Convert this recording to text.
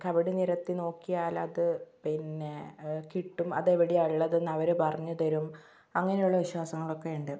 കവടി നിരത്തി നോക്കിയാലത് പിന്നെ കിട്ടും അതെവിടെയാണ് ഉള്ളതെന്ന് അവരു പറഞ്ഞുതരും അങ്ങനെയുള്ള വിശ്വാസങ്ങളൊക്കെയുണ്ട്